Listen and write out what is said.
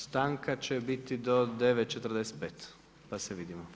Stanka će biti do 9,45 pa se vidimo.